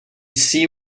see